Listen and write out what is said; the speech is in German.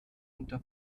unter